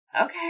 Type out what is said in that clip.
Okay